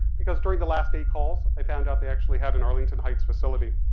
because during the last eight calls i found out they actually had an arlington heights facility.